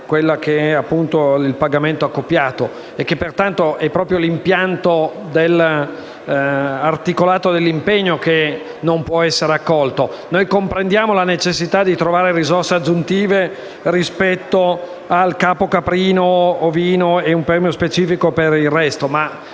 ulteriormente il pagamento accoppiato. Pertanto, è proprio l'impianto dell'articolato dell'impegno che non può essere accolto. Noi comprendiamo la necessità di trovare risorse aggiuntive rispetto al capo caprino e ovino e un premio specifico per il resto, ma